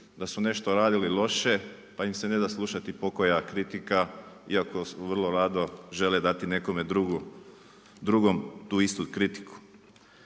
da su nešto radili loše, pa im se neda slušati pokoja kritika, iako vrlo rado žele dati nekome drugom tu istu kritiku.